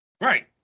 Right